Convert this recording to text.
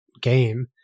game